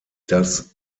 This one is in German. das